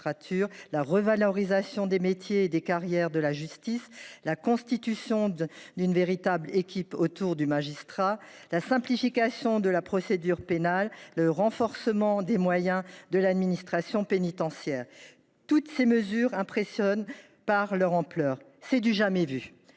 la revalorisation des métiers et des carrières de la justice ; la constitution d’une véritable équipe autour du magistrat ; la simplification de la procédure pénale ; le renforcement des moyens de l’administration pénitentiaire. Toutes ces mesures impressionnent par leur ampleur. C’est du jamais vu